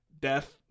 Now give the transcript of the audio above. death